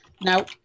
Now